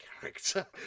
character